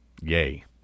yay